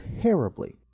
terribly